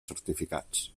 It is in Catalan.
certificats